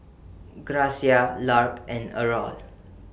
Gracia Lark and Errol